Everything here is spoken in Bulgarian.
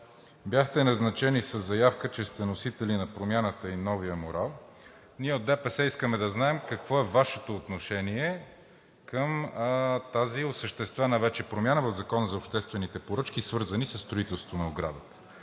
бяхте назначени със заявка, че сте носители на промяната и на новия морал, ние от ДПС искаме да знаем: какво е Вашето отношение към тази осъществена вече промяна в Закона за обществените поръчки, свързана със строителството на оградата?